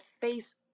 face